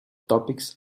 topics